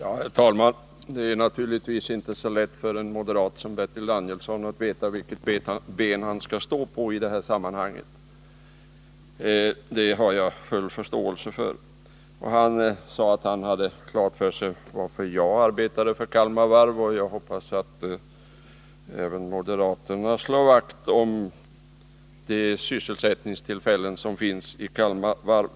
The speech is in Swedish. Herr talman! Det är naturligtvis inte så lätt för en moderat som Bertil Danielsson att veta vilket ben han skall stå på i det här sammanhanget — det har jag full förståelse för. Han sade att han hade klart för sig varför jag arbetade för Kalmar Varv. Jag hoppas att även moderaterna slår vakt om de sysselsättningstillfällen som finns inom Kalmar Varv.